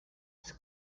its